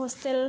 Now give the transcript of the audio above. hostel